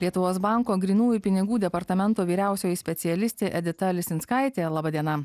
lietuvos banko grynųjų pinigų departamento vyriausioji specialistė edita lisinskaitė laba diena